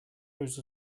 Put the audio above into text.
rows